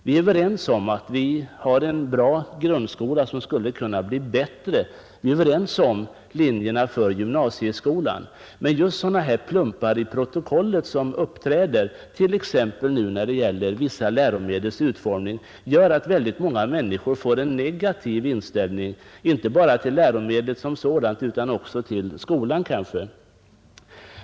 Vi är överens om att vi har en bra grundskola, som skulle kunna bli bättre. Vi är överens om linjerna för gymnasieskolan. Men just sådana här plumpar i protokollet, som uppträder t.ex. nu när det gäller vissa läromedels utformning, gör att många människor får en negativ inställning inte bara till läromedlet som sådant utan kanske också till skolan.